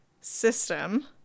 system